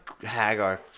Hagar